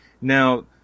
Now